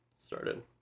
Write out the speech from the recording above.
started